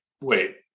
wait